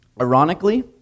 ironically